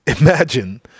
Imagine